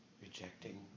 rejecting